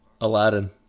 Aladdin